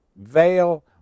veil